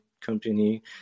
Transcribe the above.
company